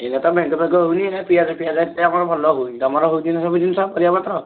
ଏକରେ ତ ମେଘ ଫେଘ ହେଉନି ଏ ପିଆଜ ଫିଆଯ ଏତେ ଆମର ଭଲ ହେଉନି ତୁମର ହେଉଛି ନା ସବୁ ଜିନିଷ ପରିବା ପତ୍ର